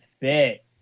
fit